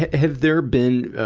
have there been, ah,